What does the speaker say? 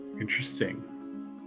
Interesting